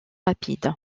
rapides